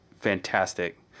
fantastic